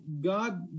God